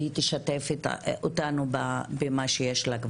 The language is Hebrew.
והיא תשתף אותנו במה שיש לה.